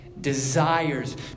desires